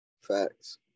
Facts